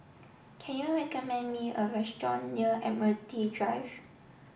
can you recommend me a restaurant near Admiralty Drive